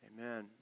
Amen